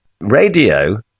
radio